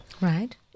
Right